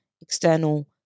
external